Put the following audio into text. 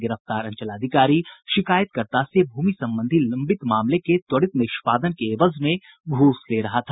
गिरफ्तार अंचलाधिकारी शिकायतकर्ता से भूमि संबंधी लंबित मामले के त्वरित निष्पादन के एवज में घूस ले रहा था